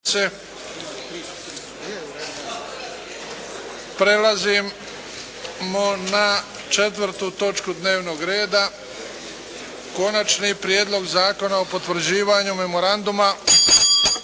Prelazimo na 4. točku dnevnoga reda. 4. Prijedlog zakona o potvrđivanju Memoranduma